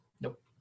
Nope